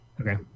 Okay